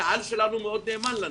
הקהל שלנו מאוד נאמן לנו.